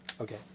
Okay